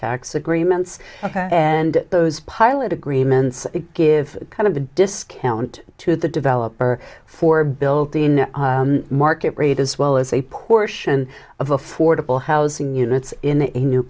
tax agreements and those pilot agreements give kind of a discount to the developer for a built in market rate as well as a portion of affordable housing units in a new